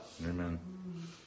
Amen